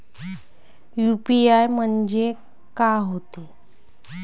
UPI म्हणजे का होते?